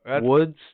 woods